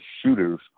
shooters